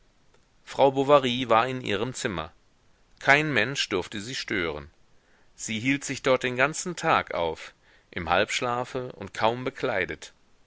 frau bovary war in ihrem zimmer kein mensch durfte sie stören sie hielt sich dort den ganzen tag auf im halbschlafe und kaum bekleidet